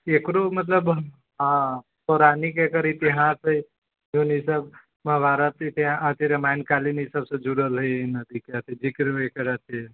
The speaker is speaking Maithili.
एकरो मतलब हा पौराणिक एकर इतिहास अय उपनिषद महाभारत इतिहास रमायण कालीन ई सब सऽ जुड़ल हय ई नदी के अथी जिक्र अय तरह के हय